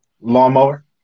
Lawnmower